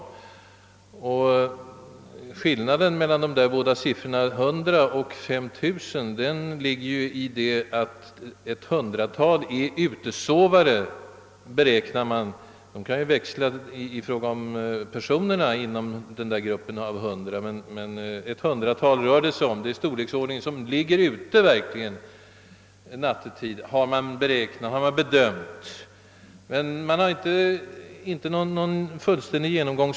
Förklaringen till skillnaden mellan de båda siffrorna 100 och 5 000 ligger i att det är ett hundratal av de 5000 som är utesovare, enligt beräkningarna. Det kan givetvis växla i fråga om personerna, men det rör sig om ett hundratal som verkligen ligger ute nattetid. Såvitt jag vet har man inga noggranna räkningar.